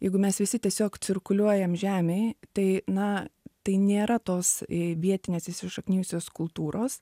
jeigu mes visi tiesiog cirkuliuojam žemėj tai na tai nėra tos vietinės įsišaknijusios kultūros